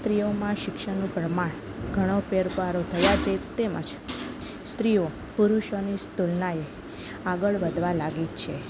સ્ત્રીઓમાં શિક્ષણનું પ્રમાણ ઘણાં ફેરફારો થયા છે તેમજ સ્ત્રીઓ પુરુષોની તુલનાએ આગળ વધવા લાગી છે